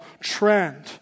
trend